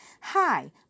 Hi